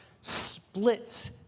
splits